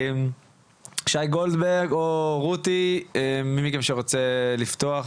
שי גולדברג או רותי תוינה, מי מכם שרוצה לפתוח,